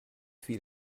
fiel